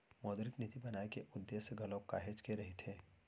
मौद्रिक नीति बनाए के उद्देश्य घलोक काहेच के रहिथे